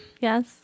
Yes